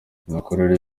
imikorere